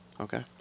Okay